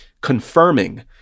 confirming